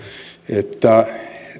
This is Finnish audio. että